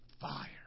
fire